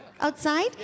outside